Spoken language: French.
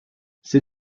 ces